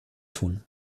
tun